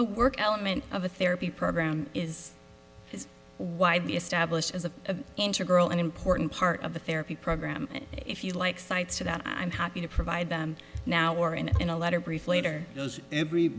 i work element of a therapy program is is why the established as a integral and important part of the therapy program if you like sites that i'm happy to provide them now or in a letter brief later those every